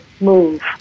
move